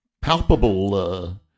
palpable